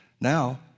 Now